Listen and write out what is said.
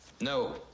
No